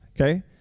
Okay